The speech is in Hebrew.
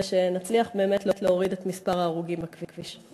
ושנצליח באמת להוריד את מספר ההרוגים בכביש.